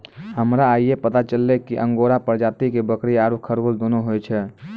हमरा आइये पता चललो कि अंगोरा प्रजाति के बकरी आरो खरगोश दोनों होय छै